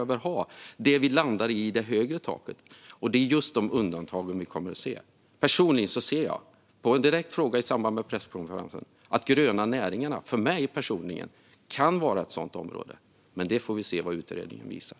Vi har landat i ett högre tak, men det kan komma att göras undantag. Jag fick en direkt fråga om detta i samband med presskonferensen, och de gröna näringarna kan för mig personligen vara ett sådant område. Men vi får se vad utredningen visar.